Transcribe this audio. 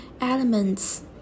elements